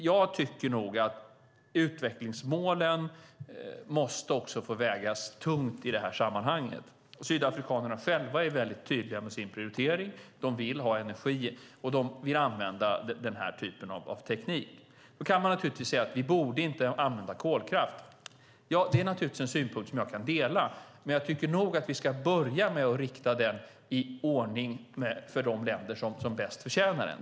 Jag tycker nog att utvecklingsmålen också måste få väga tungt i de här sammanhangen. Sydafrikanerna själva är väldigt tydliga med sin prioritering. De vill ha energi, och de vill använda den här typen av teknik. Då kan man naturligtvis säga: Ni borde inte använda kolkraft. Ja, det är naturligtvis en synpunkt som jag kan dela, men jag tycker nog att vi ska börja med att rikta den till de länder som bäst förtjänar den.